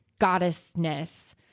goddessness